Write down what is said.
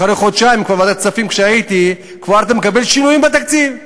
אחרי חודשיים בוועדת הכספים אתה כבר מקבל שינויים בתקציב.